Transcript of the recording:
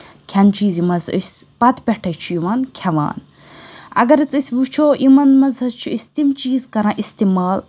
کھٮ۪ن چیٖز یِم حظ أسۍ پَتہٕ پٮ۪ٹھٕے چھِ یِوان کھٮ۪وان اَگَر حظ أسۍ وٕچھو یِمَن منٛز حظ چھِ أسۍ تِم چیٖز کَران اِستعمال